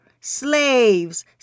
slaves